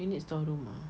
we need store room ah